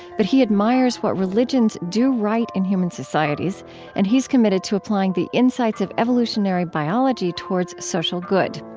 but he admires what religions do right in human societies and he's committed to applying the insights of evolutionary biology towards social good.